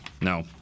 No